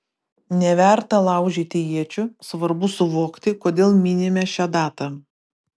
neverta laužyti iečių svarbu suvokti kodėl minime šią datą